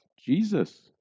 Jesus